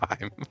time